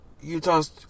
Utah's